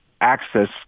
access